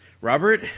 Robert